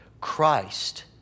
Christ